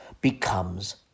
becomes